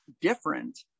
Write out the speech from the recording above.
different